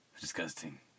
disgusting